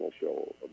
show